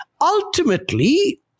Ultimately